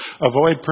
avoid